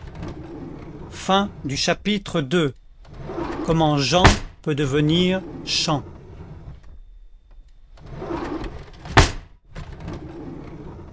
chapitre ii comment jean peut devenir champ